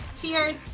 Cheers